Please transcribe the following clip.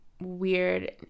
weird